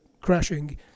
crashing